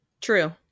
True